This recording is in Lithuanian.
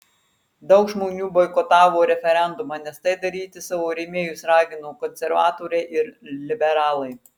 daug žmonių boikotavo referendumą nes tai daryti savo rėmėjus ragino konservatoriai ir liberalai